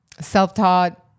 self-taught